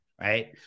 right